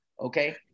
okay